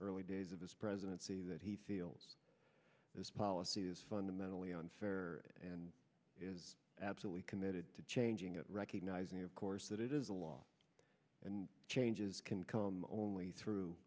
early days of his presidency that he feels this policy is fundamentally unfair and is absolutely committed to changing it recognizing of course that it is a law and changes can come only through